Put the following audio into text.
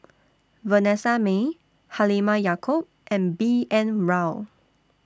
Vanessa Mae Halimah Yacob and B N Rao